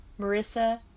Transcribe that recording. Marissa